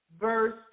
Verse